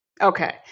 Okay